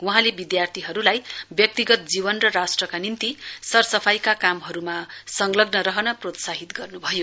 वहाँले विद्यार्थीहरूलाई व्यक्तिगत जीवन र राष्ट्रका निम्ति सरसफाईका कामहरूमा संलग्न रहन प्रोत्साहित गर्नुभयो